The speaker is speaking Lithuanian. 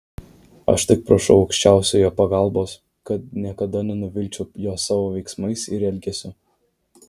aš tik prašau aukščiausiojo pagalbos kad niekada nenuvilčiau jo savo veiksmais ir elgesiu